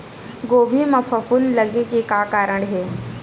गोभी म फफूंद लगे के का कारण हे?